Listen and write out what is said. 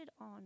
on